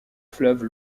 fleuve